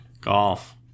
Golf